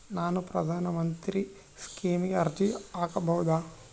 ನಾನು ಪ್ರಧಾನ ಮಂತ್ರಿ ಸ್ಕೇಮಿಗೆ ಅರ್ಜಿ ಹಾಕಬಹುದಾ?